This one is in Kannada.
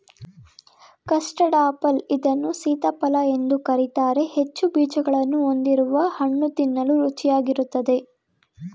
ಕಸ್ಟರ್ಡ್ ಆಪಲ್ ಇದನ್ನು ಸೀತಾಫಲ ಎಂದು ಕರಿತಾರೆ ಹೆಚ್ಚು ಬೀಜಗಳನ್ನು ಹೊಂದಿರುವ ಹಣ್ಣು ತಿನ್ನಲು ರುಚಿಯಾಗಿರುತ್ತದೆ